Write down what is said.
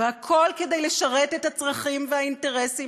והכול כדי לשרת את הצרכים והאינטרסים